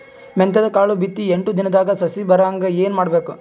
ಮೆಂತ್ಯದ ಕಾಳು ಬಿತ್ತಿ ಎಂಟು ದಿನದಾಗ ಸಸಿ ಬರಹಂಗ ಏನ ಮಾಡಬೇಕು?